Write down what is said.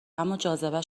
اماجاذبه